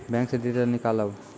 Bank से detail नीकालव?